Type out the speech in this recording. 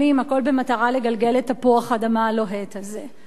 הכול במטרה לגלגל את תפוח האדמה הלוהט הזה.